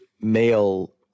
male